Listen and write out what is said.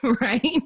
Right